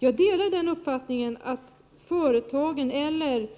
Jag delar uppfattningen att de företag eller de